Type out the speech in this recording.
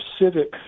civic